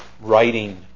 writing